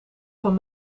van